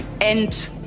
end